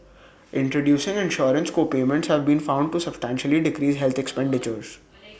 introducing insurance co payments have been found to substantially decrease health expenditures